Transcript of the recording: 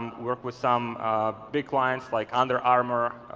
worked with some big clients like under armour,